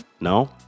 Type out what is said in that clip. No